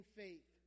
faith